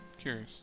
Curious